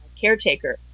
caretaker